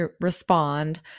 respond